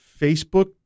facebook